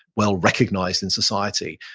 well recognized in society,